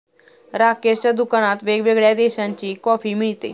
राकेशच्या दुकानात वेगवेगळ्या देशांची कॉफी मिळते